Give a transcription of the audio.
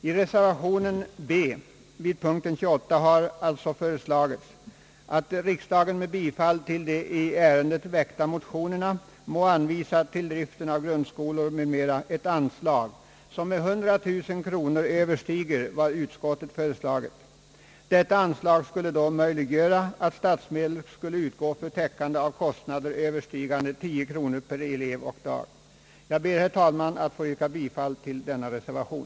I reservationen vid punkten 28 har föreslagits att riksdagen med bifall till de i ärendet väckta motionerna må anvisa till driften av grundskolor m.m. ett anslag som med 100000 kronor överstiger vad utskottet föreslagit. Detta anslag skulle då möjliggöra att statsmedel skulle utgå för täckande av resekostnader överstigande 10 kronor per elev och dag. Jag ber, herr talman, att få yrka bifall till denna reservation.